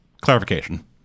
clarification